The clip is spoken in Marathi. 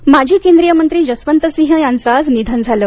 निधन माजी केंद्रीय मंत्री जसवंतसिंह यांचं आज निधन झालं